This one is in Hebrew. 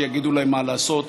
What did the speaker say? שיגידו להם מה לעשות.